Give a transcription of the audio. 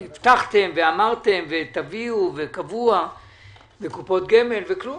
הבטחתם, וקבוע וקופות גמל, וכלום.